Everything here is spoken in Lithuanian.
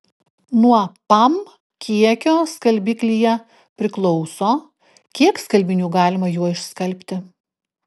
nuo pam kiekio skalbiklyje priklauso kiek skalbinių galima juo išskalbti